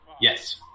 Yes